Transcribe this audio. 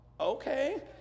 Okay